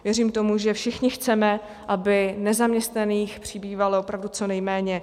Věřím tomu, že všichni chceme, aby nezaměstnaných přibývalo opravdu co nejméně.